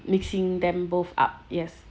mixing them both up yes